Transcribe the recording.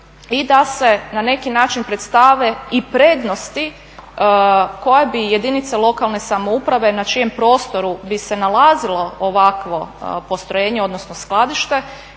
i da se na neki način predstave i prednosti koje bi jedinice lokalne samouprave na čijem prostoru bi se nalazilo ovakvo postrojenje, odnosno skladište